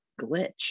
glitch